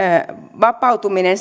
vapautuminen